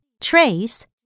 trace